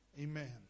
Amen